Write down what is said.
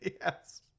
Yes